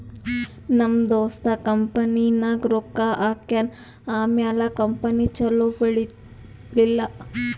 ನಮ್ ದೋಸ್ತ ಕಂಪನಿನಾಗ್ ರೊಕ್ಕಾ ಹಾಕ್ಯಾನ್ ಆಮ್ಯಾಲ ಕಂಪನಿ ಛಲೋ ಬೆಳೀಲಿಲ್ಲ